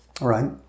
Right